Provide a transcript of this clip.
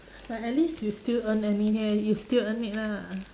but at least you still earn I mean eh you still earn it lah